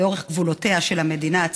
לאורך גבולותיה של המדינה הצעירה.